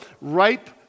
ripe